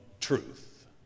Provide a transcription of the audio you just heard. truth